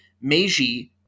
Meiji